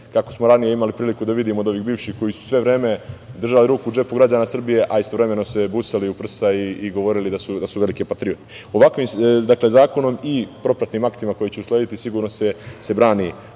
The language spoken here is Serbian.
kako smo ranije imali priliku da vidimo od ovih bivših koji su sve vreme držali ruku u džepu građana Srbije, a istovremeno su se busali u prsa i govorili da su velike patriote. Ovakvim zakonom i propratnim aktima koji će uslediti sigurno se brani